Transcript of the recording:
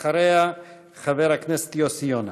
אחריה, חבר הכנסת יוסי יונה.